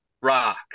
rock